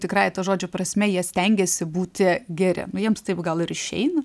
tikrąja to žodžio prasme jie stengėsi būti geri nu jiems taip gal ir išeina